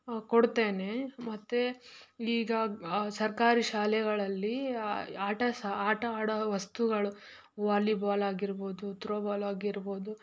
ಕೊಡ್ತೇನೆ ಮತ್ತು ಈಗ ಸರ್ಕಾರಿ ಶಾಲೆಗಳಲ್ಲಿ ಆಟ ಸಹ ಆಟ ಆಡೋ ವಸ್ತುಗಳು ವಾಲಿಬಾಲ್ ಆಗಿರ್ಬೋದು ತ್ರೋ ಬಾಲ್ ಆಗಿರ್ಬೋದು